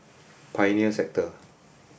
Pioneer Sector